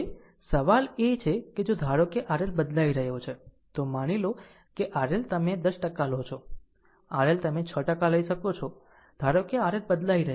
હવે સવાલ એ છે કે જો ધારો કે આ RL બદલાઇ રહ્યો છે તો માની લો કે RL તમે 10 ટકા લો છો RL તમે 6 ટકા લઈ શકો છો ધારો કે આ RL બદલાઇ રહ્યો છે